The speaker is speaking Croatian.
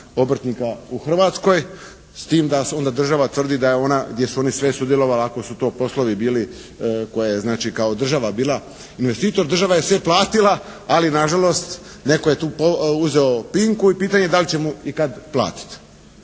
u Hrvatskoj. S tim da onda država tvrdi da je ona, gdje su oni sve sudjelovala ako su to poslovi bili koje je znači kao država bila investitor, država je sve platila. Ali nažalost, netko je tu uzeo pinku, i pitanje je da li će mu ikad platiti.